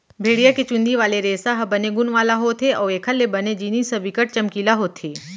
भेड़िया के चुंदी वाले रेसा ह बने गुन वाला होथे अउ एखर ले बने जिनिस ह बिकट चमकीला होथे